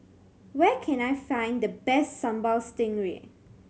where can I find the best Sambal Stingray